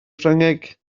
ffrangeg